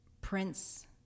Prince